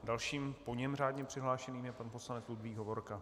Dalším po něm řádně přihlášeným je pan poslanec Ludvík Hovorka.